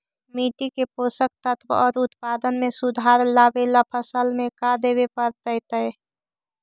मिट्टी के पोषक तत्त्व और उत्पादन में सुधार लावे ला फसल में का देबे पड़तै तै?